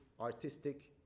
artistic